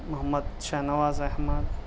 Muhammad Shahnawaz Ahmad